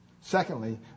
Secondly